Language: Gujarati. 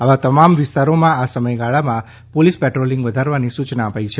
આવા તમામ વિસ્તારોમાં આ સમયગાળામાં પોલીસ પેટ્રોલિંગ વધારવાની સૂચના અપાઈ છે